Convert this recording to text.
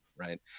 Right